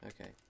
Okay